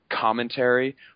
commentary